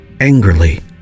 Angrily